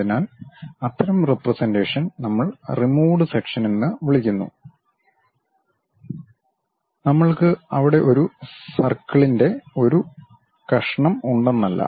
അതിനാൽ അത്തരം റെപ്രെസെൻ്റേഷൻ നമ്മൾ റിമൂവ്ഡ് സെക്ഷൻ എന്ന് വിളിക്കുന്നു നമ്മൾക്ക് അവിടെ ഒരു സർക്കിളിന്റെ ഒരു കഷ്ണം ഉണ്ടെന്നല്ല